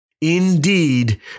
Indeed